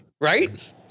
Right